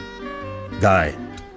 guy